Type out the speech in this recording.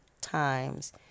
times